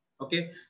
Okay